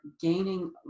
gaining